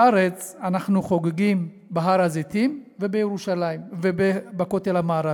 בארץ אנחנו חוגגים בהר-הזיתים ובכותל המערבי.